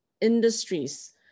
industries